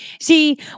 See